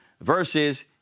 versus